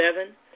seven